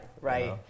right